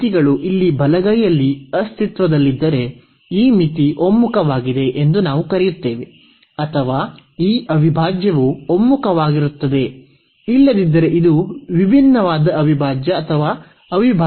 ಈ ಮಿತಿಗಳು ಇಲ್ಲಿ ಬಲಗೈಯಲ್ಲಿ ಅಸ್ತಿತ್ವದಲ್ಲಿದ್ದರೆ ಈ ಮಿತಿ ಒಮ್ಮುಖವಾಗಿದೆ ಎಂದು ನಾವು ಕರೆಯುತ್ತೇವೆ ಅಥವಾ ಈ ಅವಿಭಾಜ್ಯವು ಒಮ್ಮುಖವಾಗಿರುತ್ತದೆ ಇಲ್ಲದಿದ್ದರೆ ಇದು ವಿಭಿನ್ನವಾದ ಅವಿಭಾಜ್ಯ ಅಥವಾ ಅವಿಭಾಜ್ಯ ಅಸ್ತಿತ್ವದಲ್ಲಿಲ್ಲ